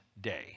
day